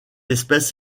espèce